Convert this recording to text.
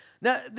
now